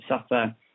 suffer